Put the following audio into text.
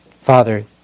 Father